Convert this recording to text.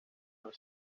los